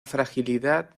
fragilidad